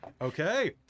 Okay